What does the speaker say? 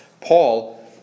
Paul